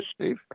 Steve